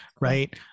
right